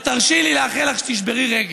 ותרשי לי לאחל לך שתשברי רגל.